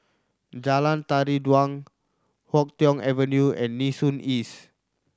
Jalan Tari Dulang Yuk Tong Avenue and Nee Soon East